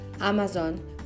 Amazon